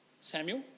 Samuel